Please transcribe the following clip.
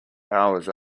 hours